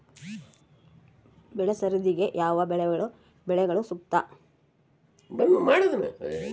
ಬೆಳೆ ಸರದಿಗೆ ಯಾವ ಬೆಳೆಗಳು ಸೂಕ್ತ?